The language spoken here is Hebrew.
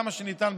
כמה שניתן,